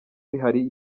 hari